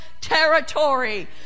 territory